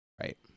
Right